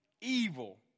evil